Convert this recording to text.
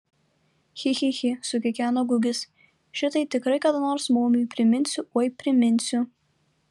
chi chi chi sukikeno gugis šitai tikrai kada nors maumui priminsiu oi priminsiu